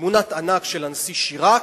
של הנשיא שיראק,